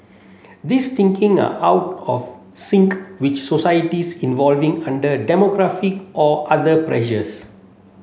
these thinking are out of sync which societies evolving under demographic or other pressures